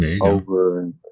over